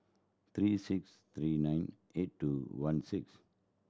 three six three nine eight two one six